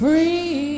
Free